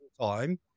time